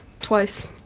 twice